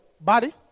body